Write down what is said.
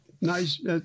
nice